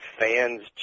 fans